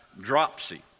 dropsy